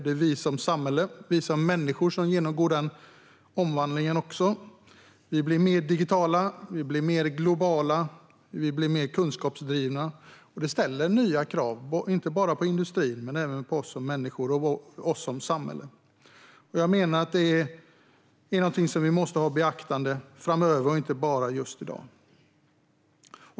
Det är vi som samhälle och vi som människor som genomgår den omvandlingen också. Vi blir mer digitala, vi blir mer globala och vi blir mer kunskapsdrivna. Det ställer nya krav, inte bara på industrin utan även på oss människor och på samhället. Jag menar att det är någonting som vi måste ta i beaktande framöver och inte bara just i dag.